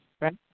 right